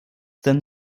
denn